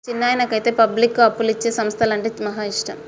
మా చిన్నాయనకైతే పబ్లిక్కు అప్పులిచ్చే సంస్థలంటే మహా ఇష్టం